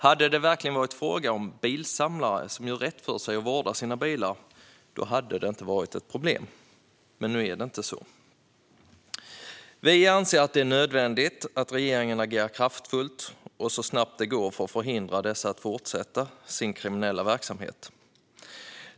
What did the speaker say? Hade det verkligen varit fråga om bilsamlare som gör rätt för sig och vårdar sina bilar hade det inte varit ett problem, men nu är det inte så. Vi anser att det är nödvändigt att regeringen agerar kraftfullt och så snabbt det går för att förhindra dessa att fortsätta sin kriminella verksamhet.